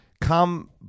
come